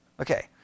Okay